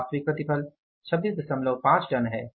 वास्तविक प्रतिफल 265 टन है